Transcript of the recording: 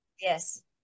Yes